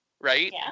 right